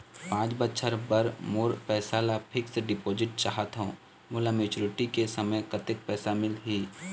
पांच बछर बर मोर पैसा ला फिक्स डिपोजिट चाहत हंव, मोला मैच्योरिटी के समय कतेक पैसा मिल ही?